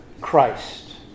Christ